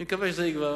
אני מקווה שזה יגבר.